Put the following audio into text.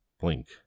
blink